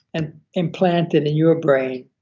and implant in to your brain,